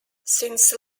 since